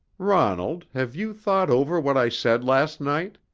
ronald, have you thought over what i said last night?